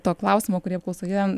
to klausimo kurį apklausoje